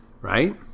right